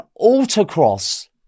autocross